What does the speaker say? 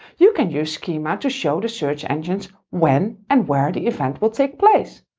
you can use schema to show the search engines when and where the event will take place.